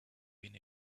been